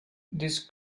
this